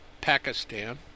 Pakistan